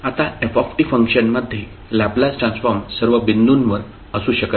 आता f फंक्शनमध्ये Laplace transform सर्व बिंदूवर असू शकत नाही